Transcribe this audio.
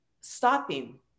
stopping